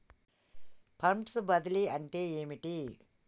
Funds బదిలీ అంటే ఏమిటి?